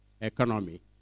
economy